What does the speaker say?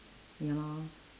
ya lor